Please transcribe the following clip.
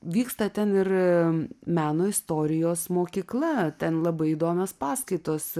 vyksta ten ir meno istorijos mokykla ten labai įdomios paskaitos